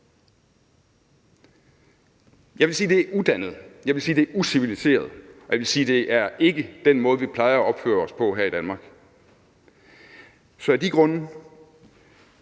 Jeg vil sige, at det er udannet, jeg vil sige, det er uciviliseret, og jeg vil sige, at det ikke er den måde, vi plejer at opføre os på her i Danmark. Så af de grunde